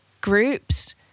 groups